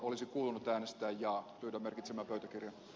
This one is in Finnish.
olisi kuulunut äänestää jaa